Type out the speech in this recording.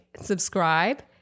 subscribe